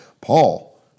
Paul